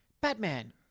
Batman